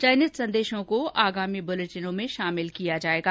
चयनित संदेशों को आगामी बुलेटिनों में शामिल किया जाएगा